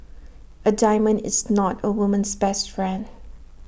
A diamond is not A woman's best friend